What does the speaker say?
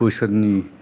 बोसोरनि